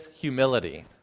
humility